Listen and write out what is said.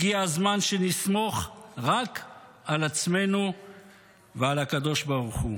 הגיע הזמן שנסמוך רק על עצמנו ועל הקדוש ברוך הוא.